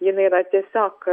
jinai yra tiesiog